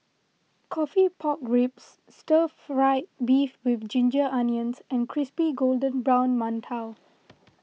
Coffee Pork Ribs Stir Fried Beef with Ginger Onions and Crispy Golden Brown Mantou